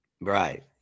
Right